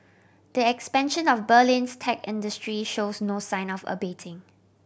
the expansion of Berlin's tech industry shows no sign of abating